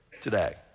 today